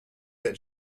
that